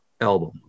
album